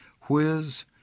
Whiz